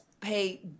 pay